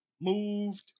moved